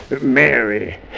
Mary